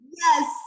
Yes